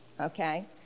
okay